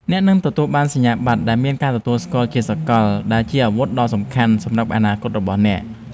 អ្នកនឹងទទួលបានសញ្ញាបត្រដែលមានការទទួលស្គាល់ជាសកលដែលជាអាវុធដ៏សំខាន់សម្រាប់អនាគតរបស់អ្នក។